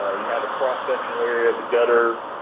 you have a cross-sectional area of the gutter.